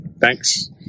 Thanks